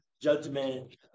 judgment